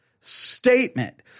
statement